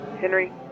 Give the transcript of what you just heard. Henry